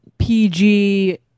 PG